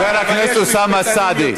חבר הכנסת אוסאמה סעדי.